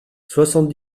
soixante